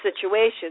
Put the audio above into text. situation